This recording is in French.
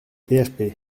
php